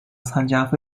参加